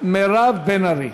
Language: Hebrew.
מירב בן ארי,